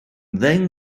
ddeng